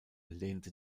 lehnte